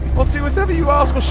i'll do whatever you ask.